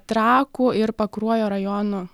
trakų ir pakruojo rajonų